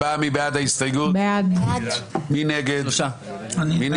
נצביע על הסתייגות 149. מי בעד?